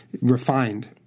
refined